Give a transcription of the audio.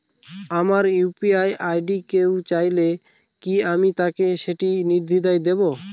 আমার UPI ID কেউ চাইলে কি আমি তাকে সেটি নির্দ্বিধায় দেব?